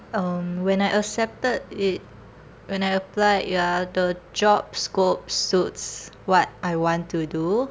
um when I accepted it when I applied ya the job scope suits what I want to do